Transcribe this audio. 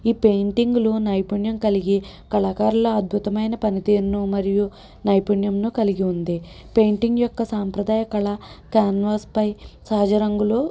ఈ పెయింటింగులు నైపుణ్యం కలిగి కళాకారుల అద్భుతమైన పనితీరును మరియు నైపుణ్యంను కలిగి ఉంది పెయింటింగ్ యొక్క సాంప్రదాయ కళ కాన్వాస్పై సహజ రంగులో